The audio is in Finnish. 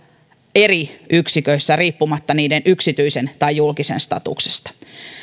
eri yksiköissä riippumatta niiden yksityisen tai julkisen statuksesta